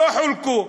לא חולקו.